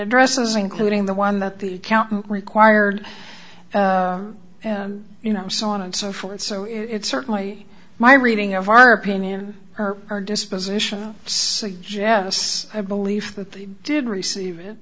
addresses including the one that the accountant required and you know so on and so forth so it's certainly my reading of our opinion or our disposition suggests i believe that they did receive i